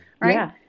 Right